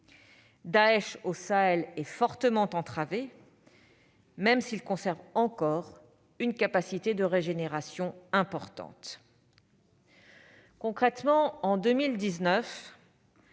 Daech au Sahel est fortement entravé, même s'il conserve encore une capacité de régénération importante. Concrètement, en 2019,